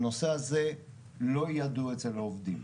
זה לא ידוע אצל העובדים.